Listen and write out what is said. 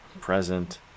present